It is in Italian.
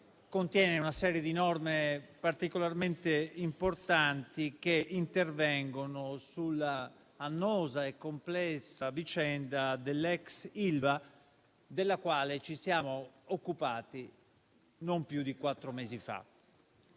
contiene una serie di norme particolarmente importanti che intervengono sull'annosa e complessa vicenda dell'ex Ilva, della quale ci siamo occupati non più di quattro mesi fa.